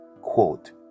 quote